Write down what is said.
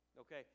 okay